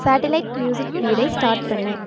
satellite music ஃபீட்டை start பண்ணு